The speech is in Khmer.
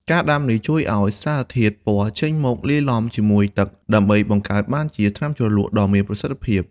ការដាំនេះជួយឱ្យសារធាតុពណ៌ចេញមកលាយឡំជាមួយទឹកដើម្បីបង្កើតបានជាទឹកថ្នាំជ្រលក់ដ៏មានប្រសិទ្ធភាព។